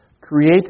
Create